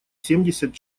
семьдесят